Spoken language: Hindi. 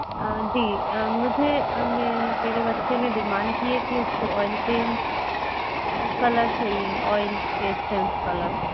जी मुझे मैं मेरे बच्चे ने डिमान्ड की है कि उसको ऑइल पेन्ट कलर चाहिए ऑइल फेस्टल कलर